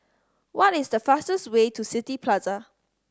what is the fastest way to City Plaza